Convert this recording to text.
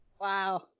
Wow